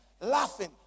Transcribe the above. Laughing